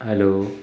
hello